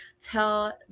tell